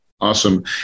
Awesome